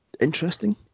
interesting